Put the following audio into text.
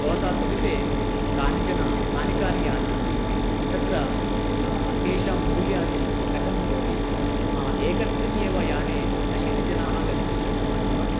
भवतां समीपे कानिचन कानि कानि यानानि सन्ति तत्र तेषां मूल्यानि कथं भवति एकस्मिन् एव याने अशीतिजनाः गन्तुं शक्नुवन्ति वा